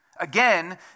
Again